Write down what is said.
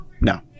No